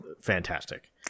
fantastic